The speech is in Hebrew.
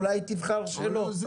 אולי היא תבחר שלא.